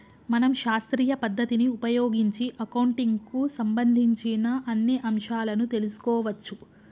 మనం శాస్త్రీయ పద్ధతిని ఉపయోగించి అకౌంటింగ్ కు సంబంధించిన అన్ని అంశాలను తెలుసుకోవచ్చు